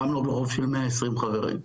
גם לא ברוב של 120 חברים?